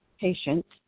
patients